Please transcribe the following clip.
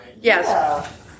Yes